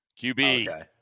QB